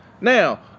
Now